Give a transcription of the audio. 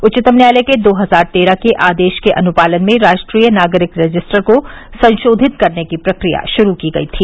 उच्चतम न्यायालय के दो हजार तेरह के आदेश के अनुपालन में राष्ट्रीय नागरिक रजिस्टर को संशोधित करने की प्रक्रिया शुरू की गई थी